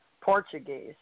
Portuguese